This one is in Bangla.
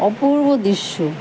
অপূর্ব দৃশ্য